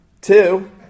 two